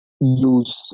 use